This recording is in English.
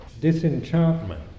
disenchantment